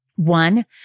One